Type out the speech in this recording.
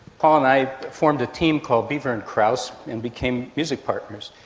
paul and i formed a team called beaver and krause and became music partners,